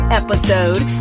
episode